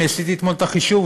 אני עשיתי אתמול את החישוב,